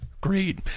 Great